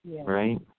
Right